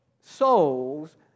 souls